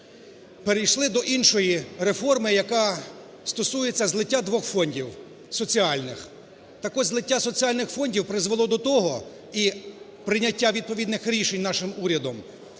Перейшли до іншої реформи, яка стосується злиття двох фондів соціальних. Так от злиття соціальних фондів призвело до того, і прийняття відповідних рішень нашим урядом,